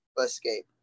escape